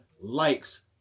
likes